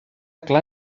clan